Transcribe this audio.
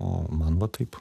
o man va taip